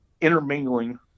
intermingling